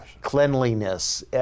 cleanliness